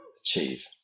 achieve